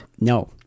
No